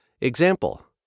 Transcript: Example